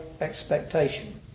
expectation